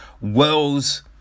Wells